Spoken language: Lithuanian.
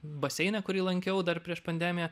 baseine kurį lankiau dar prieš pandemiją